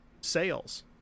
sales